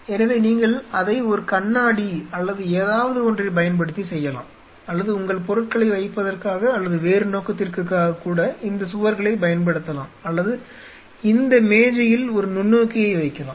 எனவே நீங்கள் அதை ஒரு கண்ணாடி அல்லது ஏதாவது ஒன்றைப் பயன்படுத்தி செய்யலாம் அல்லது உங்கள் பொருட்களை வைப்பதற்காக அல்லது வேறு நோக்கத்திற்காககூட இந்த சுவர்களைப் பயன்படுத்தலாம் அல்லது இந்த மேஜையில் ஒரு நுண்ணோக்கியை வைக்கலாம்